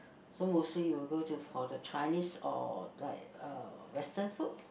so mostly we will go to for the Chinese or like uh Western food